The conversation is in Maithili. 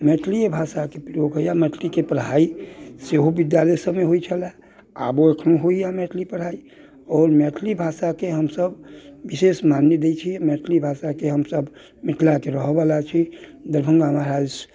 मैथिलीए भाषाके प्रयोग होइया मैथिलीके पढ़ाइ सेहो विद्यालय सभमे होइत छलै आबो एखनो होइया मैथिली पढ़ाइ आओर मैथिली भाषाके हमसभ विशेष मान्य दय छियै मैथिली भाषाके हमसभ मिथिलाके रहऽ बला छी दरभङ्गा महाराज